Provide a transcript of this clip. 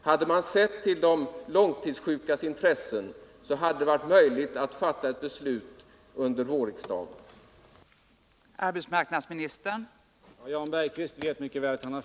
Hade man sett till de långtidssjukas intressen hade det varit möjligt att fatta ett beslut i riksdagen under våren.